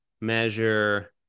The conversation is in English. measure